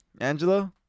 Angelo